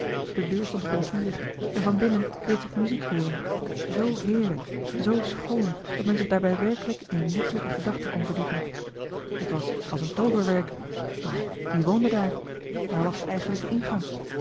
de deur stond op een kier en van binnen deed zich muziek hooren zoo heerlijk zoo schoon dat men zich daarbij werkelijk in liefelijke gedachten kon verdiepen het was als een tooverwerk maar wie woonde daar waar was de eigenlijke ingang